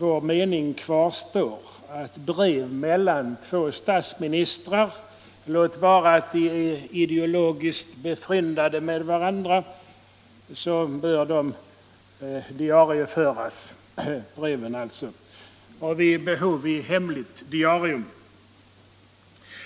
När det gäller brev mellan två statsministrar — låt vara att de är ideologiskt befryndade med varandra — kvarstår vår mening att sådana bör diarieföras, vid behov i hemligt diarium.